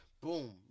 boom